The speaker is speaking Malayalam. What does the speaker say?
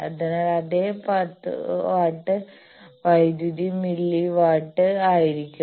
അതിനാൽ അതേ 10 വാട്ട് വൈദ്യുതി മില്ലി വാട്ടിൽ ആയിരിക്കും